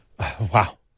Wow